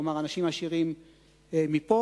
כלומר אנשים עשירים מפה,